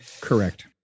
Correct